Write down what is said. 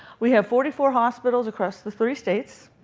we have forty four hospitals across the three states.